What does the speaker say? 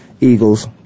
Eagles